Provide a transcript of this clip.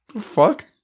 fuck